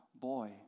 boy